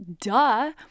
duh